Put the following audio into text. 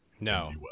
No